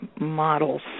models